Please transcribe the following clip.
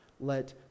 let